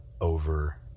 over